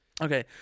okay